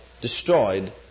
destroyed